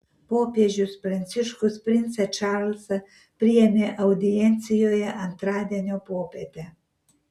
popiežius pranciškus princą čarlzą priėmė audiencijoje antradienio popietę